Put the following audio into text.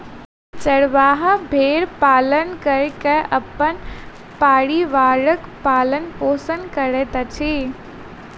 चरवाहा भेड़ पालन कय के अपन परिवारक पालन पोषण करैत अछि